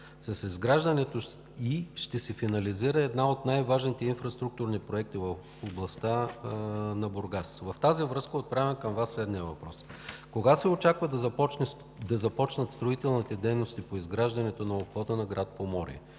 С изграждането ѝ ще се финализира един от най-важните инфраструктурни проекти в областта на Бургас. В тази връзка отправям към Вас следния въпрос: кога се очаква да започнат строителните дейности по изграждането на обхода на град Поморие?